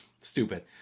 stupid